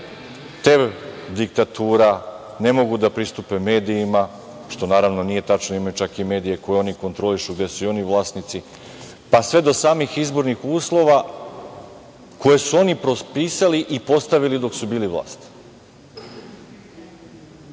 te diktatura, ne mogu da pristupe medijima, što naravno nije tačno, imaju čak i medije koji oni kontrolišu, gde su i oni vlasnici, pa sve do samih izbornih uslova koje se oni potpisali i postavili dok su bili vlast. Čitavo